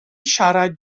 siarad